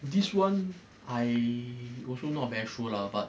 this one I also not very sure lah but